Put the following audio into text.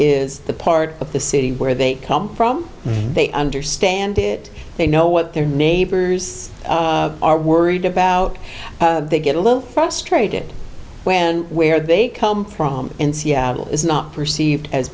is the part of the city where they come from they understand it they know what their neighbors are worried about they get a little frustrated when where they come from and seattle is not perceived as